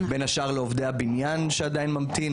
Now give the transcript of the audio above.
בין השאר לעובדי הבניין שעדיין ממתינים.